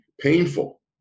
painful